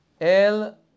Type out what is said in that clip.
El